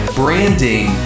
branding